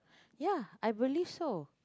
ya I believe so